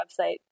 website